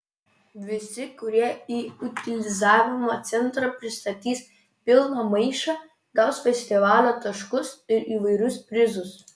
visi kurie į utilizavimo centrą pristatys pilną maišą gaus festivalio taškus ir įvairius prizus